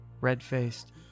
Red-faced